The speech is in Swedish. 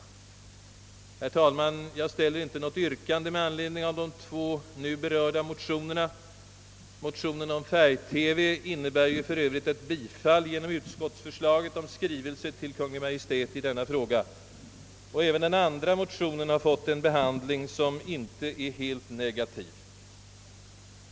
Herr talman! Jag ställer inget yrkande med anledning av de två nu berörda motionerna. Motionen om färg-TV har ju för övrigt bifallits genom utskottets förslag att skrivelse i denna fråga skall tillställas Kungl. Maj:t. Inte heller den andra motionen har fått en helt negativ behandling.